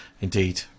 indeed